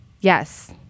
Yes